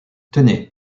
tenez